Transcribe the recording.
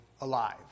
alive